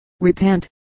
Repent